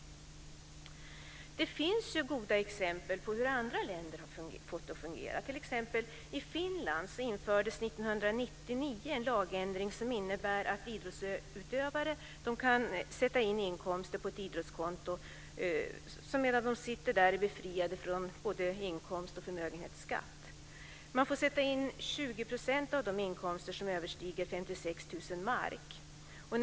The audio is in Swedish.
Det finns goda exempel på hur andra länder har fått det att fungera. I Finland genomfördes 1999 en lagändring som innebär att idrottsutövare kan sätta in inkomster på ett idrottskonto. Så länge pengarna finns på kontot är de befriade från inkomst och förmögenhetsskatt. 20 % av de inkomster som överstiger 56 000 mark får sättas in.